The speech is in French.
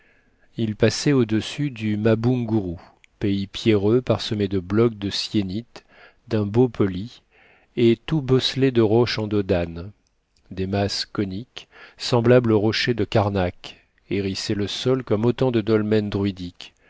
il passait au-dessus du mabunguru pays pierreux parsemé de blocs de syénite d'un beau poli et tout bosselé de roches en dos d'âne des masses coniques semblables aux rochers de karnak hérissaient le sol comme autant de dolmens druidiques